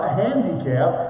handicap